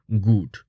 Good